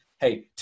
Hey